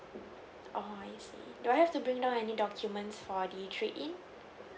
oo I see do I have to bring down any documents for the trade in